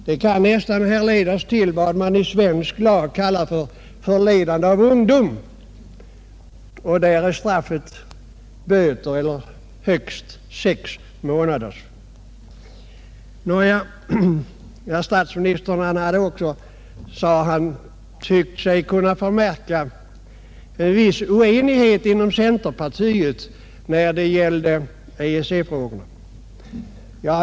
Det kan nästan likställas med vad man i svensk lag kallar ”förledande av ungdom” — straffet är böter eller högst sex månaders fängelse. Statsministern hade också, sade han, tyckt sig kunna förmärka viss oenighet inom centerpartiet i EEC-frågorna.